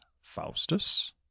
Faustus